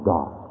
God